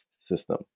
system